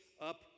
up